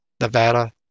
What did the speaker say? Nevada